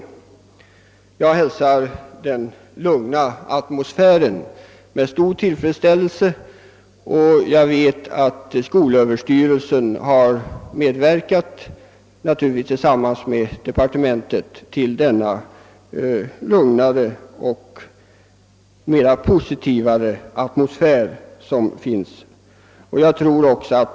Jag vet att skolöverstyrelsen och departementet har medverkat till den lugnare och mera positiva atmosfär som nu råder och som jag hälsar med stor tillfredsställelse.